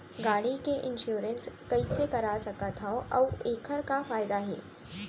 गाड़ी के इन्श्योरेन्स कइसे करा सकत हवं अऊ एखर का फायदा हे?